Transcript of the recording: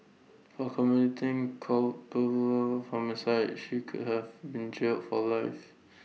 for committing culpable homicide she could have been jailed for life